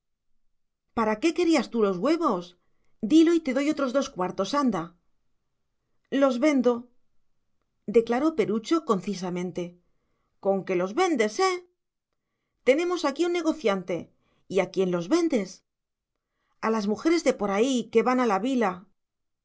para qué querías tú los huevos dilo y te doy otros dos cuartos anda los vendo declaró perucho concisamente con que los vendes eh tenemos aquí un negociante y a quién los vendes a las mujeres de por ahí que van a la vila